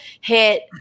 hit